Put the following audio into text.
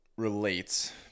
Relates